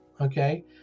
okay